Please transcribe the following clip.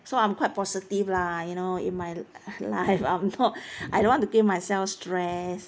so I'm quite positive lah you know in my uh life I'm not I don't want to give myself stress